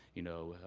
you know,